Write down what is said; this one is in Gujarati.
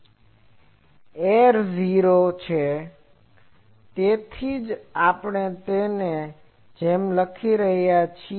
એર 0 છે તેથી જ આપણે તેને આ જેમ લખી રહ્યા છીએ